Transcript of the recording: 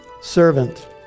Servant